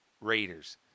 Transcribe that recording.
Raiders